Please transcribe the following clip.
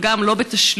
אבל גם לא בתשלום.